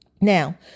Now